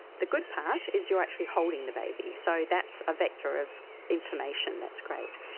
the good part is you are actually holding the baby, so that's a vector of information that's great.